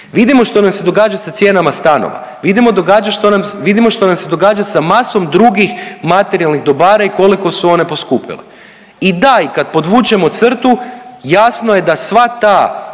Vidimo što nam se događa sa cijenama stanova, vidimo događa što nam, vidimo što nam se događa sa masom drugih materijalnih dobara i koliko su one poskupjele. I da i kad podvučemo crtu jasno je da sva ta